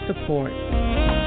support